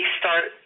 start